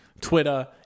Twitter